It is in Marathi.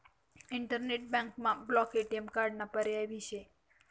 इंटरनेट बँकमा ब्लॉक ए.टी.एम कार्डाना पर्याय भी शे